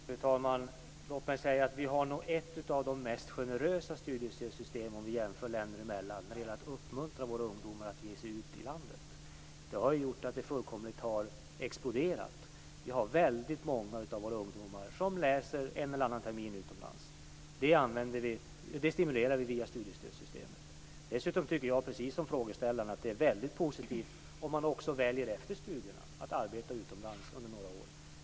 Fru talman! Vi har nog, om vi jämför länder emellan, ett av de mest generösa studiestödssystemen när det gäller att uppmuntra våra ungdomar att ge sig ut. Det har gjort att det fullkomligt har exploderat. Väldigt många av våra ungdomar läser en eller annan termin utomlands. Det stimulerar vi via studiestödssystemet. Dessutom tycker jag, precis som frågeställaren, att det är väldigt positivt om man också efter studierna väljer att arbeta utomlands under några år.